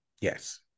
Yes